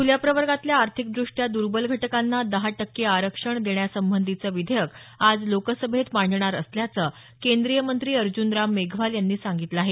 खुल्या प्रवर्गातल्या आर्थिकदृष्ट्या दुर्बल घटकांना दहा टक्के आरक्षण देण्यासंबंधीचं विधेयक आज लोकसभेत मांडणार असल्याचं केंद्रीय मंत्री अर्ज्न राम मेघवाल यांनी सांगितलं आहे